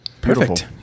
Perfect